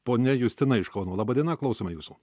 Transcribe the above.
ponia justina iš kauno laba diena klausome jūsų